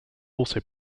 also